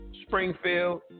Springfield